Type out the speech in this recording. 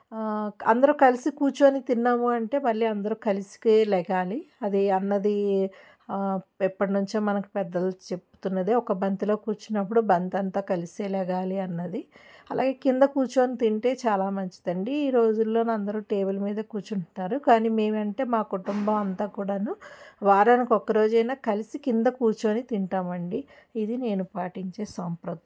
అందరూ కలిసి కూర్చొని తిన్నాము అంటే మళ్ళీ అందరూ కలిసే లేవాలి కానీ అది అన్నది ఎప్పటినుంచో మనకు పెద్దలు చెప్తున్నది ఒక బంతిలో కూర్చున్నప్పుడు బంతి అంతా కలిసే లేవాలి అన్నది అలాగే కింద కూర్చొని తింటే చాలా మంచిదండి ఈ రోజుల్లోన అందరూ టేబుల్ మీద కూర్చుంటారు కానీ మేము అంటే మా కుటుంబం అంతా కూడాను వారానికి ఒక్కరోజైనా కలిసి కింద కూర్చొని తింటామండి ఇది నేను పాటించే సాంప్ర